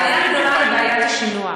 הבעיה היא בעיית השינוע.